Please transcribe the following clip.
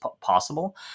possible